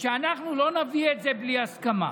שאנחנו לא נביא את זה בלי הסכמה,